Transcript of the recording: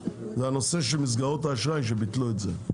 וזה הנושא של מסגרות האשראי שביטלו את זה.